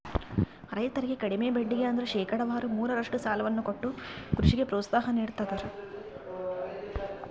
ರೈತರಿಗೆ ಕಡಿಮೆ ಬಡ್ಡಿಗೆ ಅಂದ್ರ ಶೇಕಡಾವಾರು ಮೂರರಷ್ಟು ಸಾಲವನ್ನ ಕೊಟ್ಟು ಕೃಷಿಗೆ ಪ್ರೋತ್ಸಾಹ ನೀಡ್ತದರ